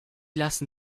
lassen